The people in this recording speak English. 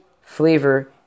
flavor